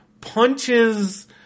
punches